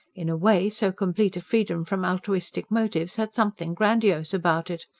in a way, so complete a freedom from altruistic motives had something grandiose about it.